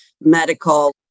medical